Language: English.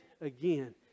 again